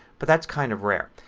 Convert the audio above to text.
but that's kind of rare.